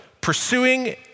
pursuing